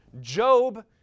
Job